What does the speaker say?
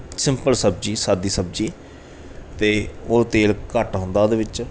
simple ਸਬਜ਼ੀ ਸਾਦੀ ਸਬਜ਼ੀ ਅਤੇ ਉਹ ਤੇਲ ਘੱਟ ਹੁੰਦਾ ਉਹਦੇ ਵਿੱਚ